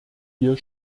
hier